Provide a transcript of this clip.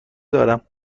دارم